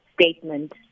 statement